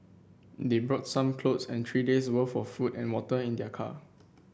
they brought some clothes and three days' worth of food and water in their car